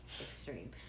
Extreme